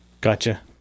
Gotcha